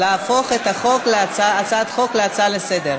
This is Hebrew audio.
להפוך את הצעת החוק להצעה לסדר-היום,